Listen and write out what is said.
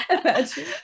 Imagine